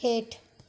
हेठि